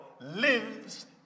lives